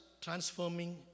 transforming